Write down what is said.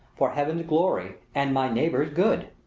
for heaven's glory and my neighbours' good.